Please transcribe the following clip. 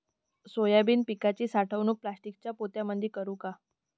Soybean पिकाची साठवणूक प्लास्टिकच्या पोत्यामंदी करू का?